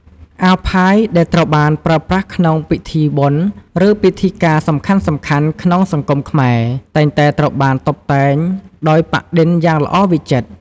អាវផាយ ដែលត្រូវបានប្រើប្រាស់ក្នុងពិធីបុណ្យ ឬពិធីការសំខាន់ៗ ក្នុងសង្គមខ្មែរ តែងតែត្រូវបានតុបតែងដោយ ប៉ាក់-ឌិនយ៉ាងល្អវិចិត្រ។